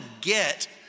get